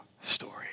story